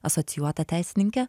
asocijuota teisininke